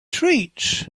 treats